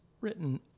written